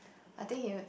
I think he